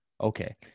Okay